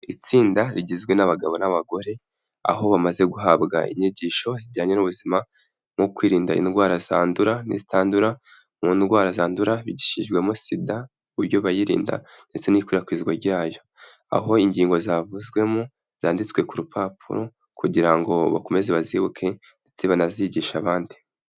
Itsinda rigizwe n'abagabo n'abagore, aho bamaze guhabwa inyigisho zijyanye n'ubuzima mu kwirinda indwara zandura n'izitandura, mu ndwara zandura, bigishijwemo SIDA, uburyo bayirinda ndetse n'ikwirakwizwa ryayo, aho ingingo zavuzwemo zanditswe ku rupapuro kugira ngo bakomeze bazibuke ndetse banazigisha abandi.